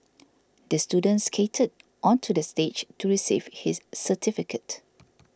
the student skated onto the stage to receive his certificate